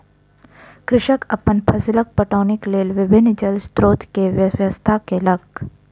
कृषक अपन फसीलक पटौनीक लेल विभिन्न जल स्रोत के व्यवस्था केलक